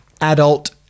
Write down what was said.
adult